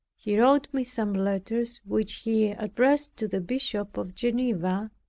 he wrote me some letters, which he addressed to the bishop of geneva,